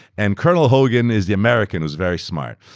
and colonel hogan is the american who is very smart.